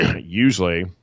usually